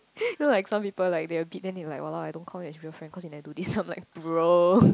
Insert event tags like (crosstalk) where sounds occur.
you know like some people like they a bit then they like !walao! I don't call you as real friend cause you never do this (laughs) I'm like bro (breath)